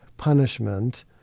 punishment